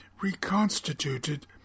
reconstituted